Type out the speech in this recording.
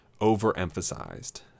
overemphasized